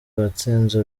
watsinze